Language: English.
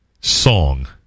song